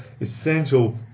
essential